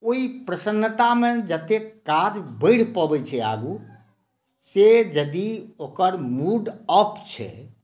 ओहि प्रसन्नतामे जतेक कार्य बढ़ि पबै छै आगू से यदि ओकर मुड ऑफ छै